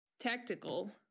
tactical